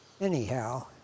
Anyhow